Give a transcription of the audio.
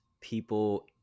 people